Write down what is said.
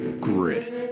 Grit